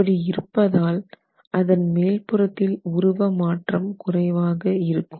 அப்படி இருப்பதால் அதன் மேல்புறத்தில் உருவ மாற்றம் குறைவாக இருக்கும்